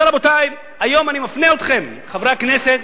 רבותי, היום אני מפנה אתכם, חברי הכנסת,